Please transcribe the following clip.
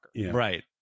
Right